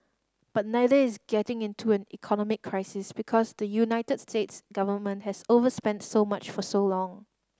but neither is getting into an economic crisis because the United States government has overspent so much for so long